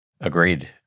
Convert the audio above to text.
Agreed